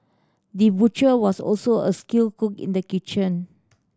the butcher was also a skilled cook in the kitchen